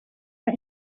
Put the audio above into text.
our